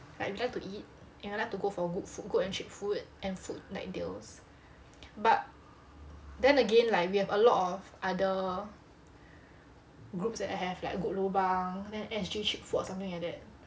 like we like to eat and we like to go for good food good and cheap food and food night deals but then again like we have a lot of other groups that have like good lobang then S_G cheap foods or something like that